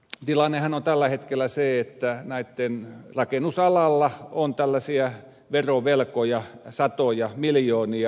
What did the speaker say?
tilannehan on tällä hetkellä se että rakennusalalla on tällaisia verovelkoja satoja miljoonia